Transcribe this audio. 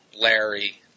Larry